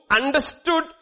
understood